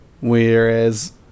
whereas